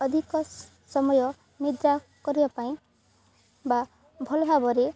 ଅଧିକ ସମୟ ନିଦ୍ରା କରିବା ପାଇଁ ବା ଭଲ୍ ଭାବରେ